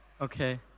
Okay